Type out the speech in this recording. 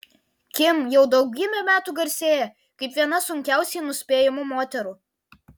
kim jau daugybę metų garsėja kaip viena sunkiausiai nuspėjamų moterų